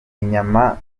inyama